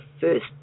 first